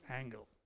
angle